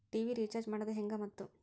TV recharge ಮಾಡೋದು ಹೆಂಗ ಮತ್ತು?